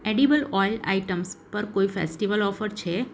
edible oil items પર કોઈ festival offer છે